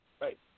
Right